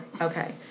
Okay